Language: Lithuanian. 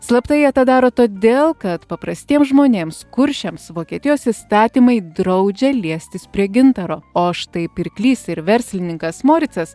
slapta jie tą daro todėl kad paprastiem žmonėms kuršiams vokietijos įstatymai draudžia liestis prie gintaro o štai pirklys ir verslininkas moricas